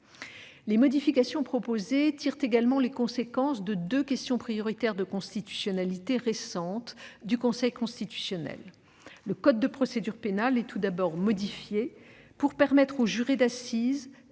Les modifications proposées tirent également les conséquences de deux questions prioritaires de constitutionnalité (QPC) récentes du Conseil constitutionnel. Le code de procédure pénale est tout d'abord modifié pour permettre aux jurés d'assises